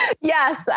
Yes